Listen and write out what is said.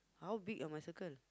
how big are my circle